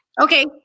Okay